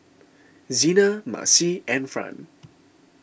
Zena Marcie and Fran